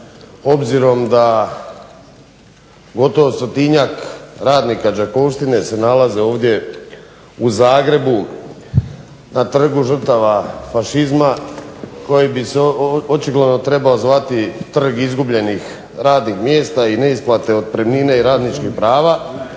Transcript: obzirom da gotovo stotinjak radnika Đakovštine se nalaze ovdje u Zagrebu na Trgu žrtava fašizma koji bi se očigledno trebao zvati "trg izgubljenih radnih mjesta i neisplate otpremnine i radničkih prava".